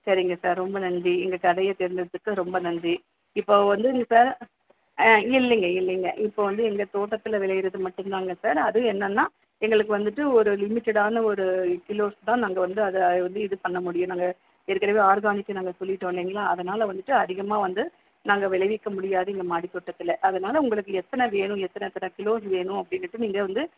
சரிங்க சார் ரொம்ப நன்றி எங்கள் கடையை தேர்ந்தெடுத்ததுக்கு ரொம்ப நன்றி இப்போ வந்துங்க சார் இல்லைங்க இல்லைங்க இப்போ வந்து எங்கள் தோட்டத்தில் விளையிறது மட்டும் தான்ங்க சார் அதுவும் என்னென்னா எங்களுக்கு வந்துட்டு ஒரு லிமிட்டடான ஒரு கிலோஸ் தான் நாங்கள் வந்து அதை வந்து இது பண்ண முடியும் நாங்கள் ஏற்கனவே ஆர்கானிக்குனு நாங்கள் சொல்லிட்டோம் இல்லைங்களா அதனால் வந்துட்டு அதிகமாக வந்து நாங்கள் விளைவிக்க முடியாது எங்கள் மாடித்தோட்டத்தில் அதனால உங்களுக்கு எத்தனை வேணும் எத்தனை எத்தனை கிலோஸ் வேணும் அப்படின்னுட்டு நீங்கள் வந்து